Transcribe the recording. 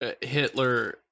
Hitler